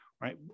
right